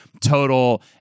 total